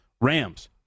Rams